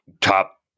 Top